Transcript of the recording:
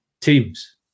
teams